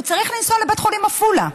הוא צריך לנסוע לבית חולים עפולה.